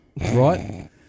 Right